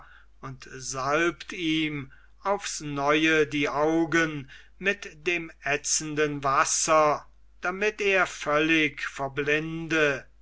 und salbt ihm aufs neue die augen mit dem ätzenden wasser damit er völlig erblinde